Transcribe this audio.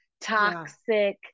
toxic